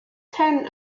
ten